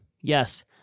Yes